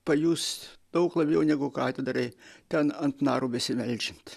pajust daug labiau negu katedroj ten ant narų besileidžiant